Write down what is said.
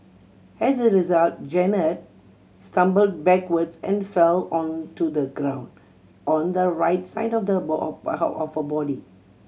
as a result Jeannette stumbled backwards and fell onto the ground on the right side of of her body